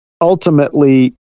ultimately